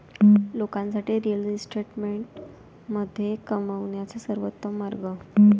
लोकांसाठी रिअल इस्टेटमध्ये पैसे कमवण्याचा सर्वोत्तम मार्ग